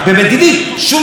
יפילו את הגדר,